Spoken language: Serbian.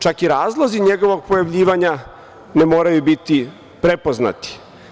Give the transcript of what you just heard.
Čak i razlozi njegovog pojavljivanja ne moraju biti prepoznati.